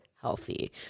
healthy